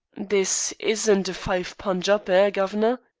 this isn't a five-pun' job, ah, guv'nor?